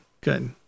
Good